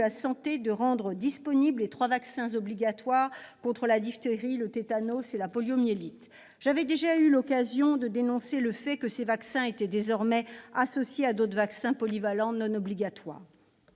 santé de rendre disponibles les trois vaccins obligatoires contre la diphtérie, le tétanos et la poliomyélite. J'avais déjà eu l'occasion de dénoncer le fait que ces vaccins soient désormais associés à d'autres vaccins polyvalents, non obligatoires.